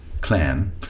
clan